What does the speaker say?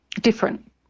different